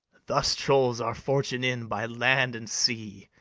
thus trolls our fortune in by land and sea,